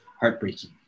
heartbreaking